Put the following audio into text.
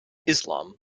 islam